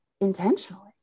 intentionally